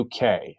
UK